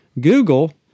Google